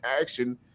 action